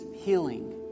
healing